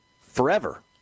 forever